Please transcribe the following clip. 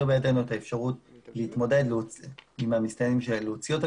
בידינו את האפשרות להתמודד עם המסתננים ולהוציא אותם